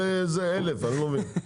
אלף, אני לא מבין.